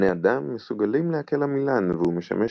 בני אדם מסוגלים לעכל עמילן והוא משמש